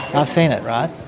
i've seen it right,